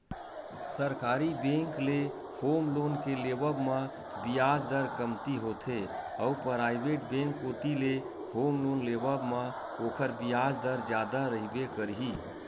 सरकारी बेंक ले home loan के लेवब म बियाज दर कमती होथे अउ पराइवेट बेंक कोती ले होम लोन लेवब म ओखर बियाज दर जादा रहिबे करही